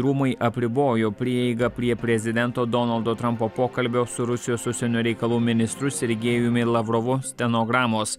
rūmai apribojo prieigą prie prezidento donaldo trampo pokalbio su rusijos užsienio reikalų ministru sergejumi lavrovu stenogramos